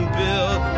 build